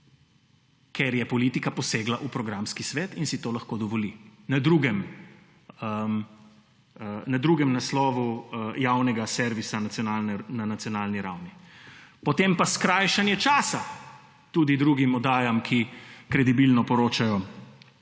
Ker je politika posegla v programski svet in si to lahko dovoli na drugem naslovu javnega servisa na nacionalni ravni. Potem pa skrajšanje časa tudi drugim oddajam, ki kredibilno poročajo.